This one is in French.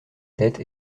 tête